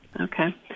Okay